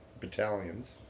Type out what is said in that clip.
battalions